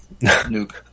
nuke